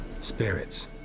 Spirits